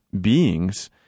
beings